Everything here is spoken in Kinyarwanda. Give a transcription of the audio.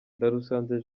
ndarusanze